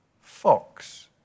fox